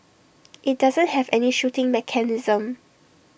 IT doesn't have any shooting mechanism